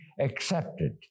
accepted